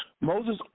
Moses